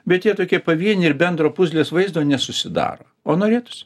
bet jie tokie pavieniai ir bendro puzlės vaizdo nesusidaro o norėtųsi